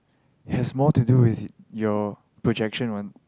has more to do with your projection one